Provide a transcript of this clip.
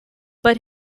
but